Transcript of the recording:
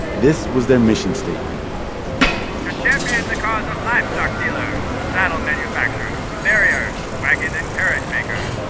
this was their mission statement to champion the cause of livestock dealers, saddle manufacturers, farriers, wagon and carriage makers,